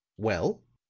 well?